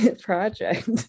project